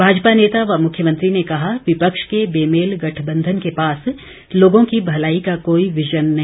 भाजपा नेता व मुख्यमंत्री ने कहा विपक्ष के बेमेल गठबंधन के पास लोगों की भलाई का कोई विजन नहीं